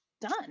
done